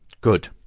Good